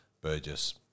Burgess